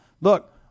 Look